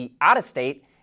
out-of-state